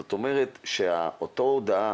זאת אומרת שאותה הודעה,